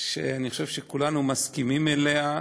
שאני חושב שכולנו מסכימים לה,